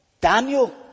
Daniel